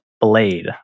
Blade